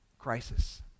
crisis